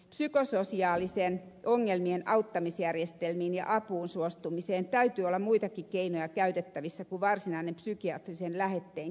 psykososiaalisten ongelmien auttamisjärjestelmiin ja apuun suostumiseen täytyy olla muitakin keinoja käytettävissä kuin varsinainen psykiatrisen lähetteen kirjoittaminen